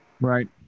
Right